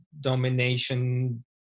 domination